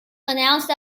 announced